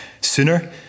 sooner